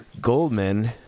Goldman